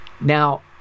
Now